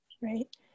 Right